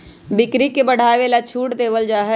बिक्री के बढ़ावे ला छूट देवल जाहई